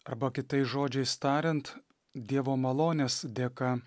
arba kitais žodžiais tariant dievo malonės dėka